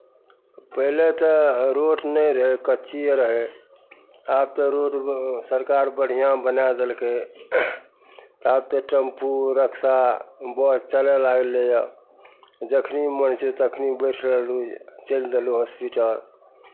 पहिले तऽ रोड नहि रहै कचिए रहै आब तऽ रोड सरकार बढ़िआँ बनाए देलकै आब तऽ टेम्पू रिक्शा बस चलय लगलैए जखनि मन होइ छै तखनि बैठ रहली चलि देलहुँ हॉस्पिटल